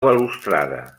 balustrada